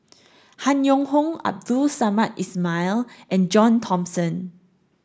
Han Yong Hong Abdul Samad Ismail and John Thomson